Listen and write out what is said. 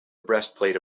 breastplate